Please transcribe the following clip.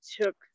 took